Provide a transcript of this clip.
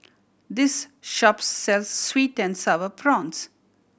this shop sells sweet and Sour Prawns